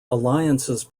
alliances